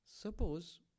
Suppose